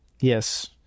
Yes